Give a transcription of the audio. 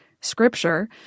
Scripture